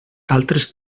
altres